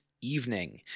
evening